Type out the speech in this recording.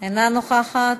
אינה נוכחת,